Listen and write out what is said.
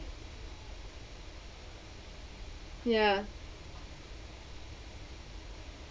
ya